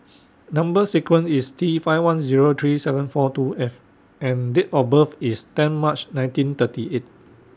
Number sequence IS T five one Zero three seven four two F and Date of birth IS ten March nineteen thirty eight